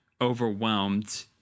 overwhelmed